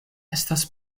estas